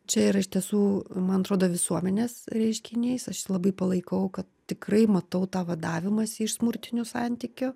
čia yra iš tiesų man atrodo visuomenės reiškinys aš jį labai palaikau kad tikrai matau tą vadavimąsi iš smurtinių santykių